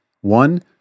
one